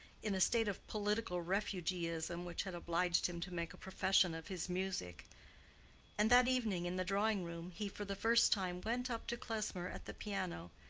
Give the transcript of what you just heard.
in a state of political refugeeism which had obliged him to make a profession of his music and that evening in the drawing-room he for the first time went up to klesmer at the piano,